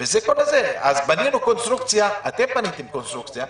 אז אתם בניתם קונסטרוקציה,